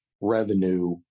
revenue